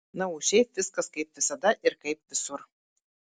na o šiaip viskas kaip visada ir kaip visur